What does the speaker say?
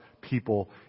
people